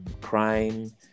Crime